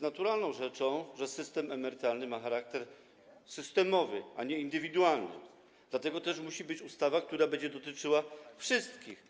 Naturalną rzeczą jest to, że system emerytalny ma charakter systemowy, a nie indywidualny, dlatego też musi być ustawa, która będzie dotyczyła wszystkich.